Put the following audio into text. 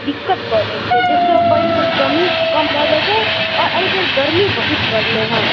दिक्कत कऽ दै छै जैसे पानिके कमी कम भऽ जाइ छै आओर अइ बेर गरमी बहुत पड़लै हँ